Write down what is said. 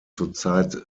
zurzeit